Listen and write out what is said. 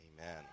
Amen